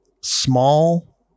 small